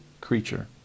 creature